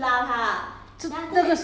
uh